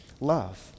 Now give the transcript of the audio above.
love